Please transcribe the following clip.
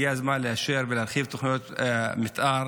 הגיע הזמן לאשר ולהרחיב תוכניות מתאר.